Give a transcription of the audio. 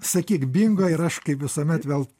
sakyk bingo ir aš kaip visuomet vėl